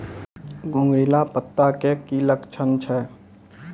घुंगरीला पत्ता के की लक्छण छै?